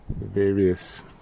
various